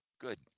Good